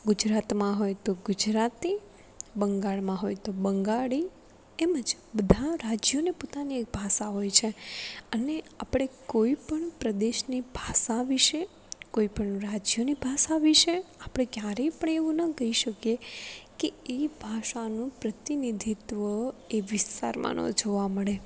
ગુજરાતમાં હોય તો ગુજરાતી બંગાળમા હોય તો બંગાળી એમ જ બધાં રાજ્યોને પોતાની એક ભાષા હોય છે અને આપણે કોઈ પણ પ્રદેશની ભાષા વિશે કોઈ પણ રાજ્યની ભાષા વિશે આપણે ક્યારેય પણ એવું ન કહી શકીએ કે એ ભાષાનું પ્રતિનિધિત્ત્વ એ વિસ્તારમાં ન જોવા મળે